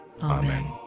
Amen